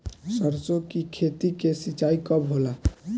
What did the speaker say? सरसों की खेती के सिंचाई कब होला?